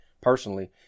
personally